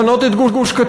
לפנות את גוש-קטיף.